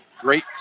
great